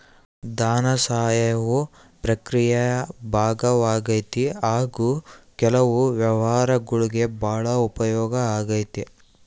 ಧನಸಹಾಯವು ಪ್ರಕ್ರಿಯೆಯ ಭಾಗವಾಗೈತಿ ಹಾಗು ಕೆಲವು ವ್ಯವಹಾರಗುಳ್ಗೆ ಭಾಳ ಉಪಯೋಗ ಆಗೈತೆ